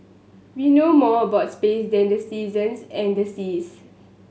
we know more about space than the seasons and the seas